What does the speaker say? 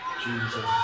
Jesus